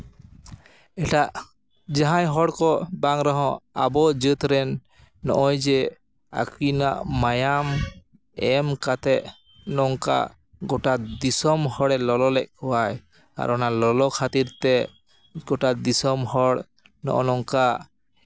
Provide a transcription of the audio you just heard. ᱮᱴᱟᱜ ᱡᱟᱦᱟᱸᱭ ᱦᱚᱲᱠᱚ ᱵᱟᱝ ᱨᱮᱦᱚᱸ ᱟᱵᱚ ᱡᱟᱹᱛ ᱨᱮᱱ ᱱᱚᱜᱼᱚᱭ ᱡᱮ ᱟᱹᱠᱤᱱᱟᱜ ᱢᱟᱭᱟᱢ ᱮᱢ ᱠᱟᱛᱮ ᱱᱚᱝᱠᱟ ᱜᱳᱴᱟ ᱫᱤᱥᱚᱢ ᱦᱚᱲᱮ ᱞᱚᱞᱚ ᱞᱮᱜ ᱠᱚᱣᱟᱭ ᱟᱨ ᱚᱱᱟ ᱞᱚᱞᱚ ᱠᱷᱟᱹᱛᱤᱨ ᱛᱮ ᱜᱳᱴᱟ ᱫᱤᱥᱚᱢ ᱦᱚᱲ ᱱᱚᱜᱼᱚᱭ ᱱᱚᱝᱠᱟ